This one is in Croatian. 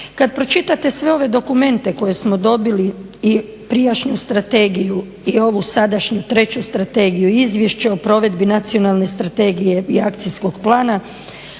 Kad pročitate sve ove dokumente koje smo dobili i prijašnju strategiju i ovu sadašnju treću strategiju, i izvješće o provedbi nacionalne strategije i akcijskog plana,